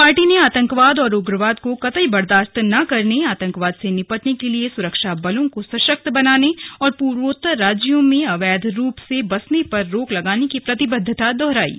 party ने आतंकवाद और उग्रवाद को कतई बर्दाशत न करने आतंकवाद से निपटने के लिए सुरक्षा बलो को सशक्त बनाने और पूर्वोत्तर राज्यों में अवैध रूप से बसने पर रोक लगाने की प्रतिबद्धता दोहराई है